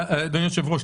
התקציב.